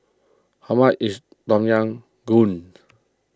how much is Tom Yam Goong